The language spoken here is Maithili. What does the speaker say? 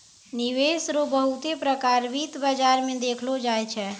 निवेश रो बहुते प्रकार वित्त बाजार मे देखलो जाय छै